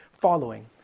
following